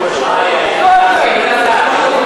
איי, איי איי.